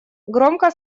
громко